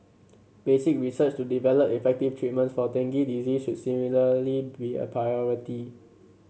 basic research to develop effective treatments for dengue disease should similarly be a priority